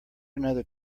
another